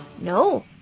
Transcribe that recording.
No